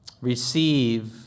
receive